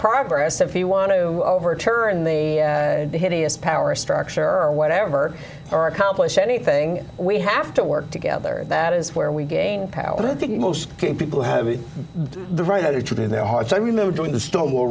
progress if you want to overturn the hideous power structure or whatever or accomplish anything we have to work together that is where we gain power and i think most people have the right attitude in their hearts i remember during the stonewall